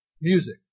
Music